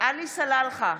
עלי סלאלחה,